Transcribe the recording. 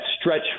stretch